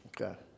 Okay